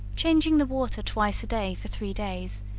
changing the water twice a day for three days,